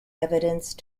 evidence